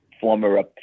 former